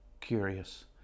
curious